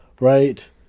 right